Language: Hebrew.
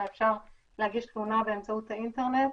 אלא אפשר להגיש תלונה באמצעות האינטרנט,